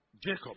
Jacob